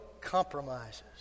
compromises